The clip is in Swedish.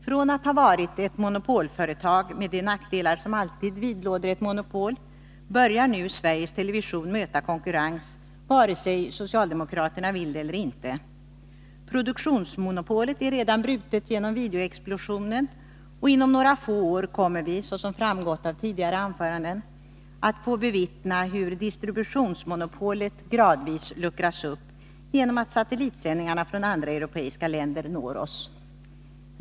Från att ha varit ett monopolföretag — med de nackdelar som alltid vidlåder ett monopol — börjar nu Sveriges television möta konkurrens, vare sig socialdemokraterna vill det eller inte. Produktionsmonopolet är redan brutet genom videoexplosionen, och inom några få år kommer vi — såsom framgått av tidigare anföranden — att få bevittna hur distributionsmonopolet gradvis luckras upp, genom att satellitsändningar från andra europeiska länder når oss.